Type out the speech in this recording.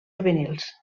juvenils